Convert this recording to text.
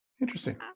Interesting